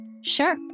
Sure